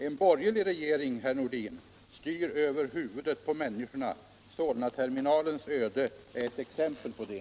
En borgerlig regering, herr Nordin, styr över huvudet på människorna, och Solnaterminalens öde är ett exempel på det.